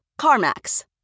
CarMax